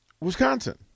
Wisconsin